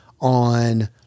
on